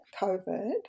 COVID